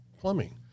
plumbing